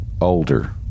older